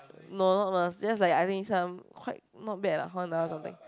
no not Mers just like I think some quite not bad lah Honda or something